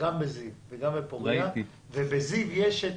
גם בזיו וגם בפורייה, ובזיו יש את